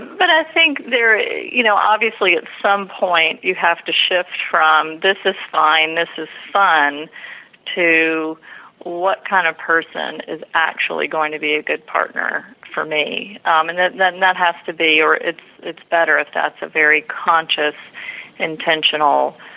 but i think, you know, obviously at some point you have to shift from, this is fine, this is fun to what kind of person is actually going to be a good partner for me, um and that that has to be or it's better if that's very conscious intentional